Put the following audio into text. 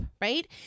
right